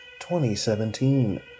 2017